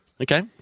Okay